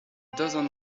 dozen